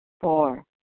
Four